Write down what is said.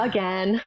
Again